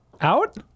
Out